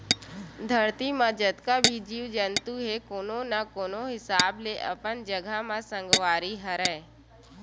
धरती म जतका भी जीव जंतु हे कोनो न कोनो हिसाब ले अपन जघा म संगवारी हरय